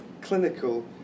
clinical